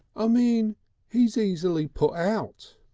i mean he's easily put out.